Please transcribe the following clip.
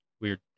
weird